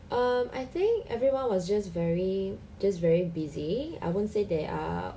um I think everyone was just very just very busy I won't say they are